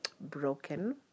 broken